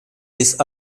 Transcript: this